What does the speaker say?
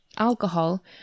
Alcohol